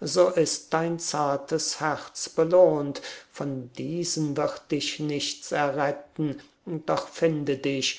so ist dein zartes herz belohnt von diesen wird dich nichts erretten doch ende dich